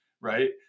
Right